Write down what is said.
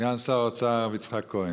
סגן שר האוצר הרב יצחק כהן,